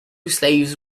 slaves